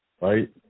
right